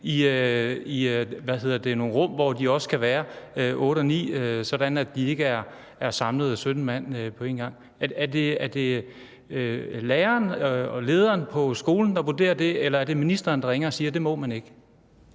i det ene og 9 i det andet, sådan at der ikke er samlet 17 elever på en gang. Er det læreren og lederen på skolen, der vurderer det, eller ringer ministeren og siger, at det må man ikke?